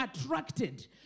attracted